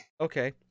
Okay